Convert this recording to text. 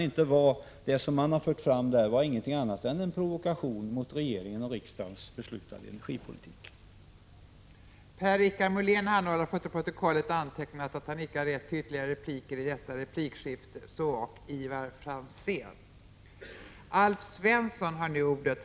Vad man därifrån har framfört är ingenting annat än en provokation som gäller den energipolitik som regeringen för och som riksdagen fattat beslut om.